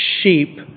Sheep